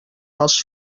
als